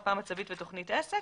מפה מצבית ותוכנית עסק